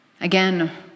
Again